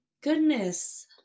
goodness